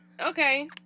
okay